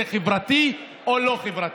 זה חברתי או לא חברתי?